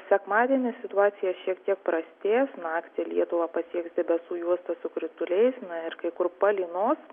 sekmadienį situacija šiek tiek prastės naktį lietuvą pasieks debesų juosta su krituliais na ir kai kur palynos